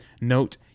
Note